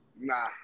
Nah